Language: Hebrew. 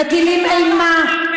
מטילים אימה,